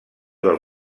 del